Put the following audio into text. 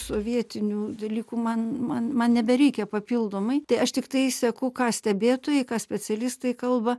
sovietinių dalykų man man man nebereikia papildomai tai aš tiktai seku ką stebėtojai ką specialistai kalba